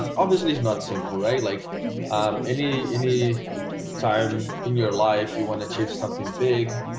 obviously, it's not simple right like any any time in your life you want to achieve something big,